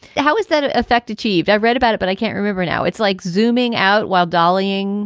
how is that effect achieved? i've read about it, but i can't remember now. it's like zooming out while dollying